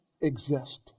exist